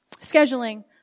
scheduling